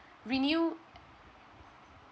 renew